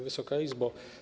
Wysoka Izbo!